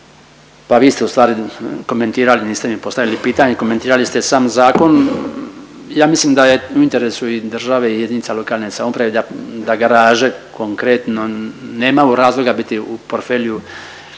pa vi ste ustvari komentirali niste mi postavili pitanje, komentirali ste sam zakon. Ja mislim da je u interesu i države i jedinica lokalne samouprave da garaže konkretno nemaju razloga biti u portfelju